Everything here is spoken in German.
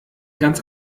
ganz